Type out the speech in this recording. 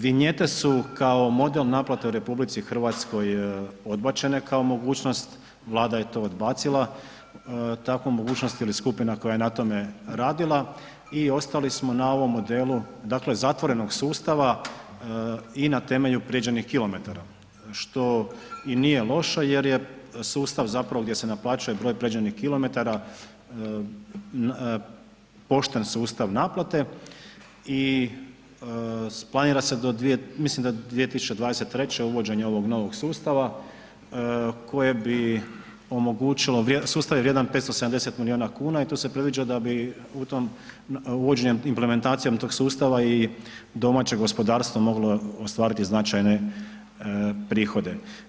Vinjete su kao model naplate u RH odbačene kao mogućnost, Vlada je to odbacila takvu mogućnost ili skupina koja je na tome radila i ostali smo na ovom modelu, dakle zatvorenog sustava i na temelju prijeđenih kilometara što i nije loše jer je sustav zapravo gdje se naplaćuje broj prijeđenih kilometara pošten sustav naplate i planira se, mislim do 2023. uvođenje ovog novog sustava koje bi omogućilo, sustav je vrijedan 570 milijuna kuna i tu se predviđa da bi u tom, uvođenjem implementacijom tog sustava i domaćeg gospodarstva moglo ostvariti značajne prihode.